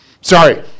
sorry